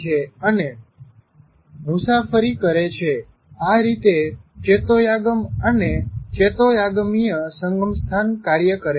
અને મુસાફરી કરે છે આ રીતે ચેતોયાગમ અને ચેતોયાગમીય સંગમસ્થાન કાર્ય કરે છે